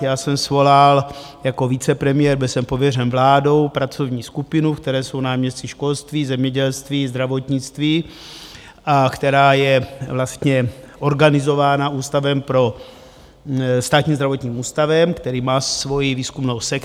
Já jsem svolal jako vicepremiér, byl jsem pověřen vládou, pracovní skupinu, ve které jsou náměstci školství, zemědělství, zdravotnictví a která je vlastně organizována Státním zdravotním ústavem, který má svoji výzkumnou sekci.